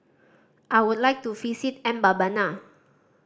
I would like to visit Mbabana